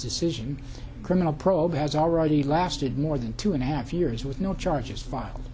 decision criminal probe has already lasted more than two and a half years with no charges filed